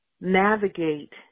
navigate